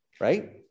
Right